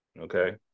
Okay